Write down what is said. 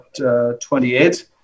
28